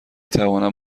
توانم